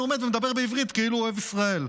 הוא עומד ומדבר בעברית כאילו הוא אוהב ישראל.